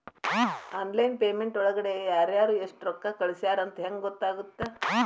Online payment ಒಳಗಡೆ ಯಾರ್ಯಾರು ಎಷ್ಟು ರೊಕ್ಕ ಕಳಿಸ್ಯಾರ ಅಂತ ಹೆಂಗ್ ಗೊತ್ತಾಗುತ್ತೆ?